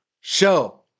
show